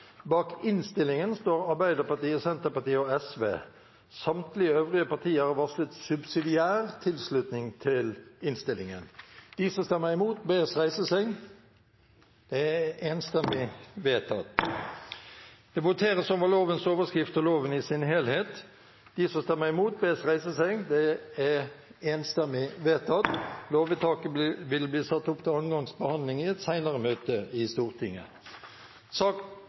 Bak innstillingen står Arbeiderpartiet, Senterpartiet og Sosialistisk Venstreparti. Samtlige øvrige partier har varslet subsidiær støtte til innstillingen. Det voteres over lovens overskrift og loven i sin helhet. Lovvedtaket vil bli satt opp til andre gangs behandling i et senere møte i Stortinget.